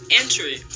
entry